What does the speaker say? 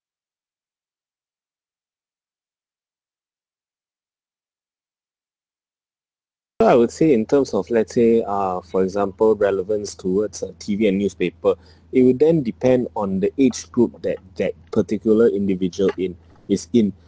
I would say in terms of let's say uh for example relevance towards uh T_V and newspaper it will then depend on the age group that that particular individual in is in